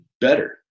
better